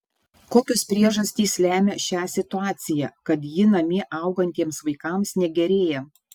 kokios priežastys lemia šią situaciją kad ji namie augantiems vaikams negerėja